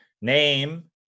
name